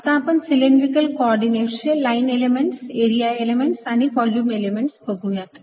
आता आपण सिलेंड्रिकल कोऑर्डिनेट्सचे लाईन एलिमेंट्स एरिया एलिमेंट्स आणि व्हॉल्युम एलिमेंट्स बघुयात